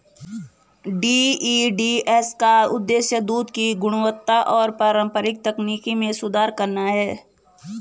DEDS का उद्देश्य दूध की गुणवत्ता और पारंपरिक तकनीक में सुधार करना है